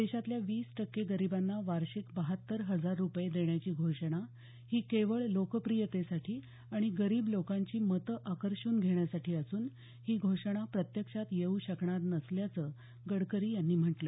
देशातल्या वीस टक्के गरिबांना वार्षिक बहात्तर हजार रुपये देण्याची घोषणा ही केवळ लोकप्रियतेसाठी आणि गरीब लोकांची मतं आकर्षून घेण्यासाठी असून ही घोषणा प्रत्यक्षात येऊ शकणार नसल्याचं गडकरी यांनी म्हटलं